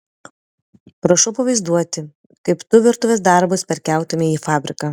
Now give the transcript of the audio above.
prašau pavaizduoti kaip tu virtuvės darbus perkeltumei į fabriką